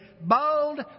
bold